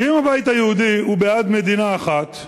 כי אם הבית היהודי הוא בעד מדינה אחת,